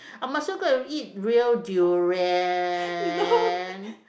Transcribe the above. I might as well go and eat real durian